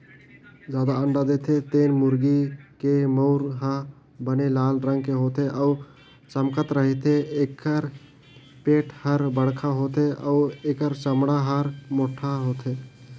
जादा अंडा देथे तेन मुरगी के मउर ह बने लाल रंग के होथे अउ चमकत रहिथे, एखर पेट हर बड़खा होथे अउ एखर चमड़ा हर मोटहा होथे